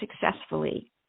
successfully